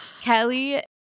Kelly